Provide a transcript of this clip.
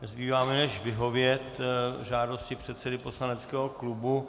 Nezbývá mi než vyhovět žádosti předsedy poslaneckého klubu.